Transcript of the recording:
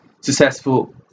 successful